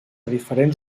diferents